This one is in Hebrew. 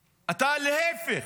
להפך,